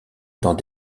dans